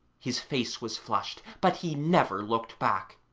his face was flushed, but he never looked back